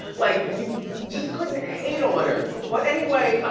like you you just couldn't hate on her. but anyway,